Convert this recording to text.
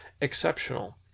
exceptional